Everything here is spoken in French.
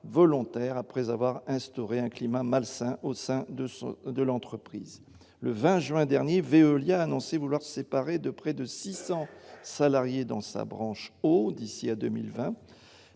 volontaires après avoir instauré un climat malsain au sein de son de l'entreprise, le 20 juin dernier Véolia annoncé vouloir séparer de près de 600 salariés dans sa branche eau d'ici à 2020,